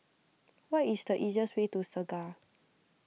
what is the easiest way to Segar